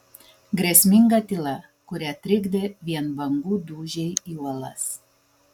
grėsminga tyla kurią trikdė vien bangų dūžiai į uolas